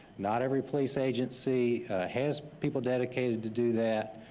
not every police agency has people dedicated to do that,